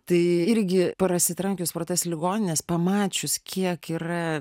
tai irgi pasitrankius pro tas ligonines pamačius kiek yra